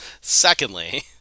Secondly